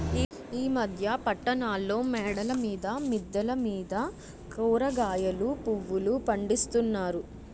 ఈ మధ్య పట్టణాల్లో మేడల మీద మిద్దెల మీద కూరగాయలు పువ్వులు పండిస్తున్నారు